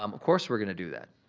um of course we're gonna do that.